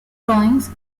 drawings